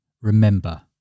Remember